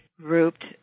grouped